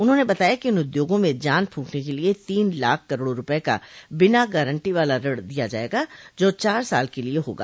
उन्होंने बताया कि इन उद्योगों में जान फूंकने के लिये तीन लाख करोड़ रूपये का बिना गारंटी वाला ऋण दिया जायेगा जो चार साल के लिये होगा